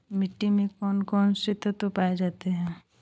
मिट्टी में कौन कौन से तत्व पाए जाते हैं?